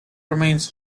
remains